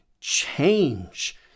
change